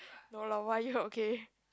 no lah why you okay